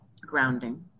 grounding